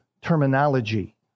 terminology